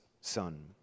son